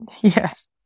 Yes